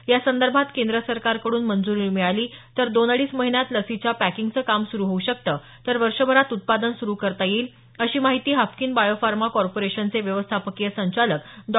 यासंदर्भात केंद्र सरकारकड्रन मंजूरी मिळाली तर दोन अडीच महिन्यात लसीच्या पॅकिंगचं काम सुरू होऊ शकतं तर वर्षभरात उत्पादन सुरू करता येईल अशी माहिती हाफकिन बायो फार्मा कॉर्पोरेशनचे व्यवस्थापकीय संचालक डॉ